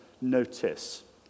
notice